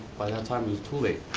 by that time it was too late.